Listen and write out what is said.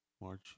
March